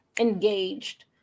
engaged